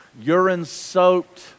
urine-soaked